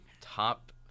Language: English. top